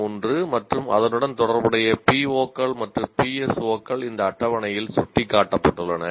63 மற்றும் அதனுடன் தொடர்புடைய PO கள் மற்றும் PSO கள் இந்த அட்டவணையில் சுட்டிக்காட்டப்பட்டுள்ளன